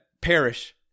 perish